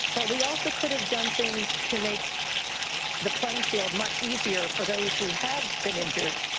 but we also could have done things to make the playing field much easier for those who have been injured,